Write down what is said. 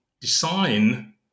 design